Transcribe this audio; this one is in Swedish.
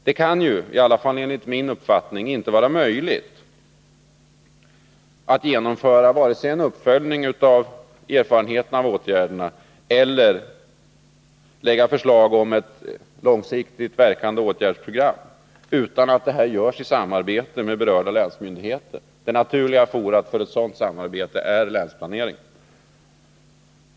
Det kan enligt min uppfattning inte vara möjligt att vare sig genomföra en uppföljning av erfarenheterna av åtgärderna eller att lägga fram förslag om ett långsiktigt verkande åtgärdsprogram utan att detta görs i samarbete med berörda länsmyndigheter. Naturligt forum för ett sådant samarbete är länsplaneringen.